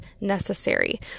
necessary